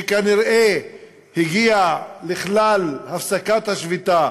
שכנראה הגיע לכלל הפסקת השביתה